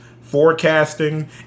forecasting